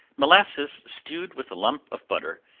molasses stewed with a lump of butter,